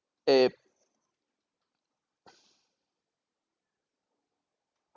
eh